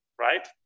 right